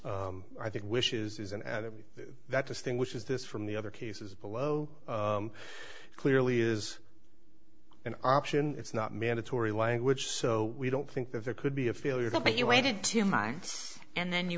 i think wish is and that distinguishes this from the other cases below clearly is an option it's not mandatory language so we don't think that there could be a failure but you waited two minds and then you